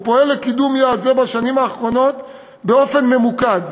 והוא פועל לקידום יעד זה בשנים האחרונות באופן ממוקד,